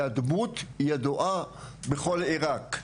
הוא היה דמות ידועה בכל עירק,